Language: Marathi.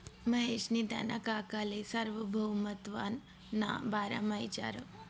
महेशनी त्याना काकाले सार्वभौमत्वना बारामा इचारं